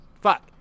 Fuck